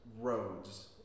roads